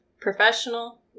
professional